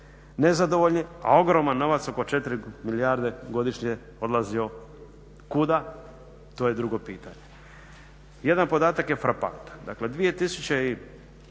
nezadovoljni, a ogroman novac oko 4 milijarde godišnje odlazio kuda, to je drugo pitanje. Jedan podatak je frapantan. Dakle 2004.